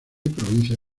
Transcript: provincia